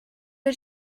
did